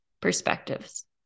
perspectives